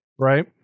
right